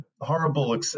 horrible